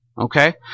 Okay